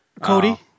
Cody